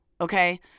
okay